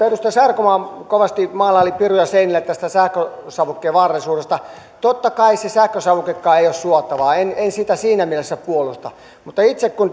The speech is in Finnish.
edustaja sarkomaa kovasti maalaili piruja seinille tästä sähkösavukkeen vaarallisuudesta totta kai ei se sähkösavukekaan ole suotava en en sitä siinä mielessä puolusta mutta itse